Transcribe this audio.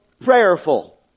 prayerful